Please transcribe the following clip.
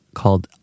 called